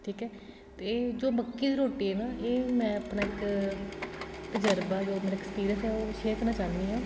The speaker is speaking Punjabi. ਠੀਕ ਹੈ ਅਤੇ ਇਹ ਜੋ ਮੱਕੀ ਦੀ ਰੋਟੀ ਹੈ ਨਾ ਇਹ ਮੈਂ ਆਪਣਾ ਇੱਕ ਤਜ਼ਰਬਾ ਜੋ ਮੇਰਾ ਐਕਸਪੀਰੀਅੰਸ ਹੈ ਉਹ ਸ਼ੇਅਰ ਕਰਨਾ ਚਾਹੁੰਦੀ ਹਾਂ